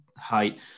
height